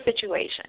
situation